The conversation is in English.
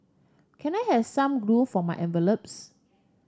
can I have some glue for my envelopes